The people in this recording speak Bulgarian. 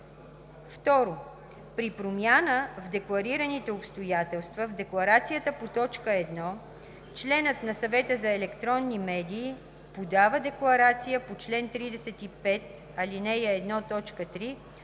2. При промяна в декларираните обстоятелства в декларацията по т. 1 членът на Съвета за електронни медии подава декларация по чл. 35, ал. 1,